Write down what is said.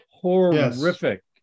horrific